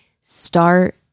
start